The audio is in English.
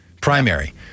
primary